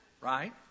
right